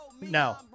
No